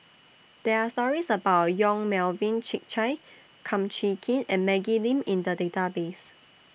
There Are stories about Yong Melvin Yik Chye Kum Chee Kin and Maggie Lim in The Database